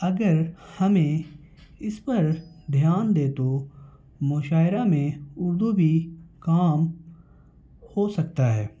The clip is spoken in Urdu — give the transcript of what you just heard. اگر ہمیں اس پر دھیان دے تو مشاعرہ میں اردو بھی کام ہو سکتا ہے